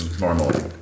normally